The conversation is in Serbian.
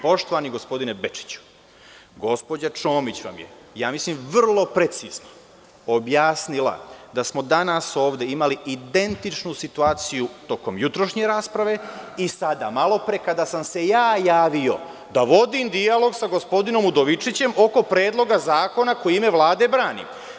Poštovani gospodine Bečiću, gospođa Čomić vam je vrlo precizno objasnila da smo danas ovde imali identičnu situaciju tokom jutrošnje rasprave i sada malopre, kada sam se ja javio da vodim dijalog sa gospodinom Udovičićem oko Predloga zakona koji u ime Vlade brani.